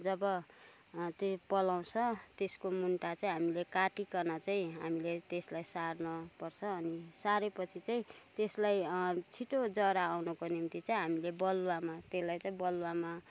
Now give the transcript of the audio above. जब त्यो पलाउँछ त्यसको मुन्टा चाहिँ हामीले काटिकन चाहिँ हामीले त्यसलाई सार्नुपर्छ अनि सारेपछि चाहिँ त्यसलाई छिटो जरा आउनको निम्ति चाहिँ हामीले बलुवामा त्यसलाई चाहिँ बलुवामा